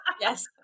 Yes